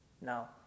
Now